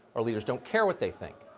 our leaders don't care what they think.